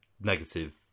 negative